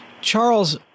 Charles